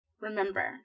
Remember